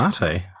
Mate